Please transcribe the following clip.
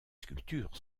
sculptures